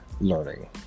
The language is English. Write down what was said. learning